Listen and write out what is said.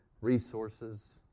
resources